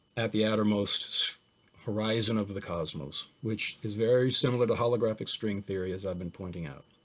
at the outermost horizon of the cosmos, which is very similar to holographic string theory as i've been pointing out.